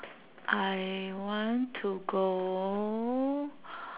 I want to go